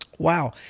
Wow